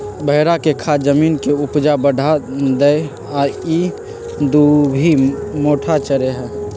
भेड़ा के खाद जमीन के ऊपजा बढ़ा देहइ आ इ दुभि मोथा चरै छइ